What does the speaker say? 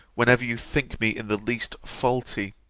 whenever you think me in the least faulty.